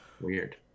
Weird